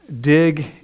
Dig